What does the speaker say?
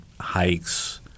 hikes